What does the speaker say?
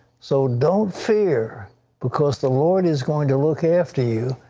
so don't fear because the lord is going to look after you,